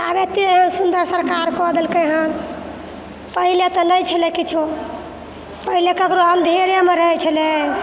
तऽ आब एतेक सुन्दर सरकार कऽ देलकै हेँ पहिले तऽ नहि छलै किछो पहिने ककरो अन्धेरेमे रहै छलै